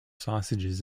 sausages